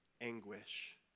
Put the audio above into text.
anguish